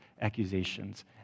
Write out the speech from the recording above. accusations